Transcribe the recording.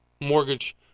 mortgage